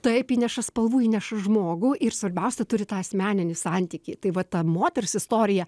taip įneša spalvų įneša žmogų ir svarbiausia turi tą asmeninį santykį tai va ta moters istorija